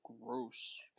gross